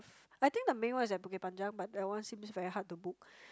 I think the main one is at Bukit-Panjang but that one seems very hard to book